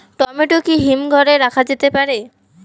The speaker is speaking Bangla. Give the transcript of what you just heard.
টমেটো কি হিমঘর এ রাখা যেতে পারে?